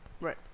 Right